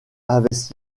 avait